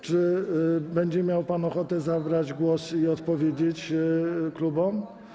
Czy będzie pan miał ochotę zabrać głos i odpowiedzieć klubom?